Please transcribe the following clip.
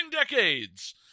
Decades